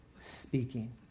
speaking